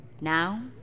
Now